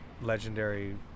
legendary